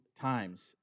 times